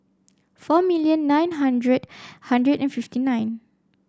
four million nine hundred hundred and fifty nine